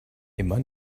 immer